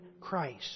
Christ